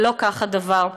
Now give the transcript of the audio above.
ולא כך הדבר.